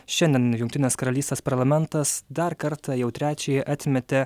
šiandien jungtinės karalystės parlamentas dar kartą jau trečiąjį atmetė